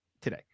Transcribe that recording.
today